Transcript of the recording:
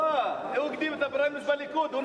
לא, הוא הקדים את הפריימריז בליכוד.